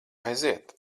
aiziet